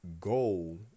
goal